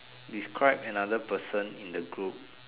describe another person in the group